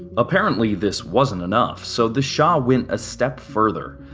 apparently, this wasn't enough, so, the shah went a step further.